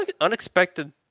unexpected